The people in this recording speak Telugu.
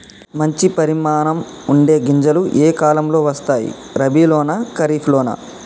మంచి పరిమాణం ఉండే గింజలు ఏ కాలం లో వస్తాయి? రబీ లోనా? ఖరీఫ్ లోనా?